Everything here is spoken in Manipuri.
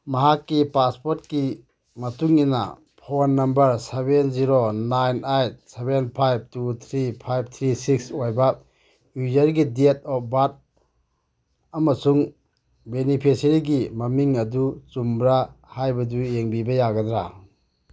ꯃꯍꯥꯛꯀꯤ ꯄꯥꯁꯄꯣꯠꯀꯤ ꯃꯇꯨꯡ ꯏꯟꯅ phone number seven zero nine eight seven five two three five three six ꯑꯣꯏꯕ ꯌꯨꯖꯔꯒꯤ ꯗꯦꯠ ꯑꯣꯐ ꯕꯥꯔꯊ ꯑꯃꯁꯨꯡ ꯕꯦꯅꯤꯐꯤꯁꯔꯤꯒꯤ ꯃꯃꯤꯡ ꯑꯗꯨ ꯆꯨꯝꯕ꯭ꯔꯥ ꯍꯥꯏꯕꯗꯨ ꯌꯦꯡꯕꯤꯕ ꯌꯥꯒꯗ꯭ꯔꯥ